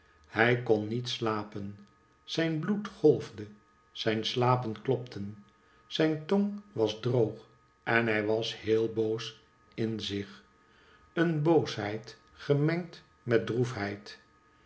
hij kon niet slapen zijn bloed golfde zijn slapen klopten zijn tong was droog en hij was heel boos in zich een boosheid gemengd met